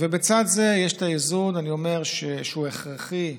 ובצד זה יש איזון, שהוא הכרחי: